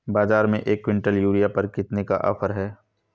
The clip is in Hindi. बाज़ार में एक किवंटल यूरिया पर कितने का ऑफ़र है?